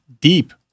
deep